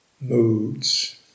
moods